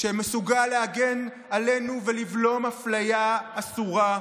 שמסוגל להגן עלינו ולבלום אפליה אסורה,